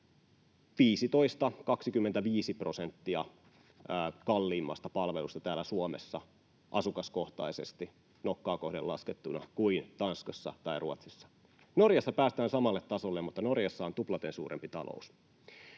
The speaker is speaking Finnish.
15—25 prosenttia kalliimmasta palvelusta täällä Suomessa asukaskohtaisesti nokkaa kohden laskettuna kuin Tanskassa tai Ruotsissa. Norjassa päästään samalle tasolle, mutta Norjassa on tuplaten suurempi talous.